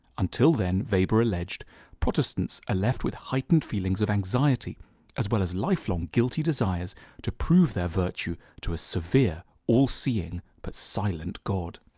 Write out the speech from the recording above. until then weber alleged protestants are left with heightened feelings of anxiety as well as lifelong guilty desires to prove their virtue to a severe all-seeing but silent god.